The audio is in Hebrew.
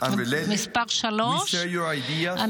(מחיאות כפיים) שלישית,